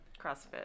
crossfit